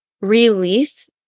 release